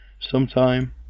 sometime